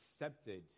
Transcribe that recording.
accepted